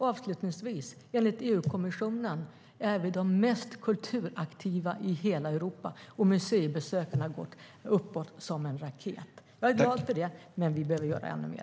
Avslutningsvis: Enligt EU-kommissionen är vi de mest kulturaktiva i hela Europa, och antalet museibesökare har gått upp som en raket. Jag är glad för det, men vi behöver göra ännu mer.